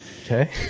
Okay